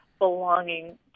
Belonging